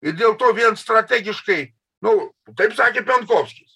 ir dėl to vien strategiškai nu taip sakė penkofskis